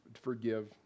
forgive